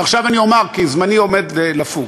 ועכשיו אני אומר, כי זמני עומד לפוג: